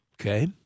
Okay